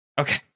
Okay